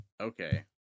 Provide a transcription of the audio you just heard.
okay